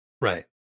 right